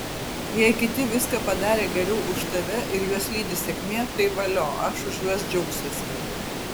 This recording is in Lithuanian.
jei kiti viską padarė geriau už tave ir juos lydi sėkmė tai valio aš už juos džiaugsiuosi